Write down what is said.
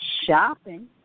shopping